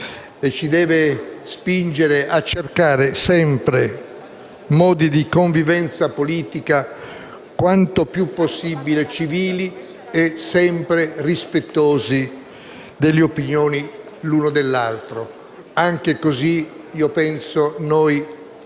ci deve spingere a cercare sempre modi di convivenza politica quanto più possibile civili e sempre rispettosi delle opinioni l'uno dell'altro. Anche così, penso, noi